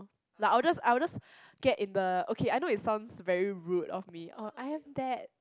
like I will just I will just get in the okay I know it sounds very rude of me oh I have that